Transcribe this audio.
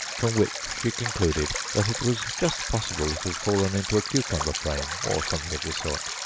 from which she concluded that it was just possible it had fallen into a cucumber-frame, or something of the sort.